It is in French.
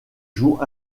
joue